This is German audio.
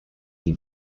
die